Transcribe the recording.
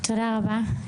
תודה רבה.